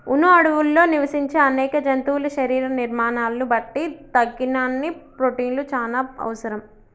వును అడవుల్లో నివసించే అనేక జంతువుల శరీర నిర్మాణాలను బట్టి తగినన్ని ప్రోటిన్లు చానా అవసరం